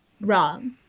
wrong